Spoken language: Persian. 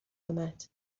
امد